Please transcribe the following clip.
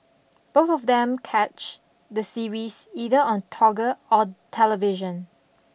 both of them catch the series either on Toggle or television